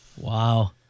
Wow